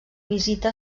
visita